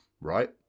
right